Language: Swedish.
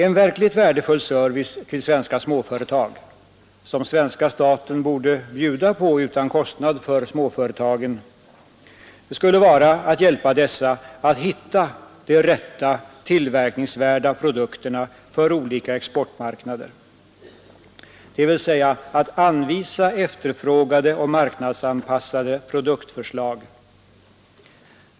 En verkligt värdefull service till svenska småföretag — som svenska staten borde bjuda på utan kostnad för småföretagen — skulle vara att hjälpa småföretagen att hitta de rätta, tillverkningsvärda produkterna för olika exportmarknader, dvs. att anvisa efterfrågade och marknadsanpassade produktförslag.